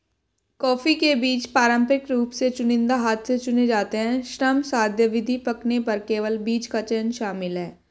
coffee के बीज पारंपरिक रूप से चुनिंदा हाथ से चुने जाते हैं, श्रमसाध्य विधि, पकने पर केवल बीज का चयन शामिल है